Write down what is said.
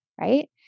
Right